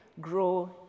grow